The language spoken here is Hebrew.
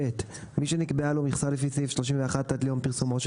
מי שנקבעה לו מכסה לפי סעיף 31 עד ליום פרסומו של